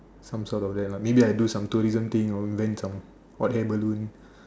some sort of that lah maybe I do some tourism thing or invent some hot air balloon